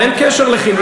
אבל אין קשר לחינוך.